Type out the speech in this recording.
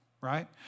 Right